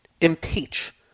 impeach